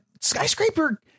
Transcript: Skyscraper